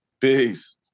Peace